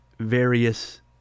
various